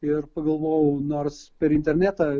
ir pagalvojau nors per internetą